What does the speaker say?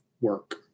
work